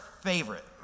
favorite